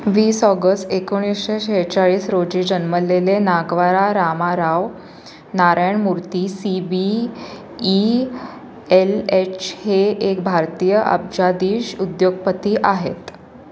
वीस ऑगस्ट एकोणीसशे शेहेचाळीस रोजी जन्मलेले Nagavara Ramarao Narayana Murthy C B E L H हे एक भारतीय अब्जाधीश उद्योगपती आहेत